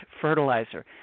fertilizer